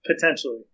Potentially